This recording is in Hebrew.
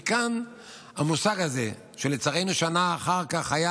מכאן המושג הזה, שלצערנו שנה אחר כך היה